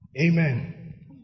Amen